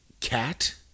Cat